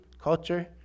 culture